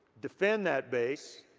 defend that base,